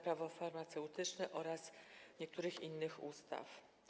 Prawo farmaceutyczne oraz niektórych innych ustaw.